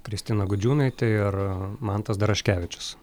kristina gudžiūnaitė ir mantas daraškevičius